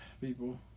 people